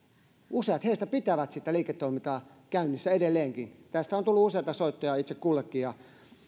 useat heistä pitävät sitä liiketoimintaa käynnissä edelleenkin tästä on tullut useita soittoja itse kullekin ja